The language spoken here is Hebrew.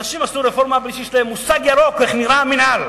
אנשים עשו רפורמה בלי שיש להם מושג ירוק איך נראה המינהל